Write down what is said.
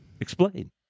Explain